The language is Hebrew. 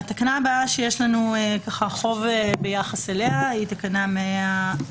התקנה הבאה שיש לנו חוב ביחס אליה היא תקנה 134ט,